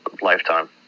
Lifetime